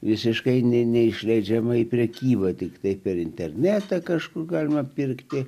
visiškai ne neišleidžiama į prekybą tiktai per internetą kažkur galima pirkti